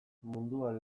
munduan